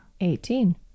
Eighteen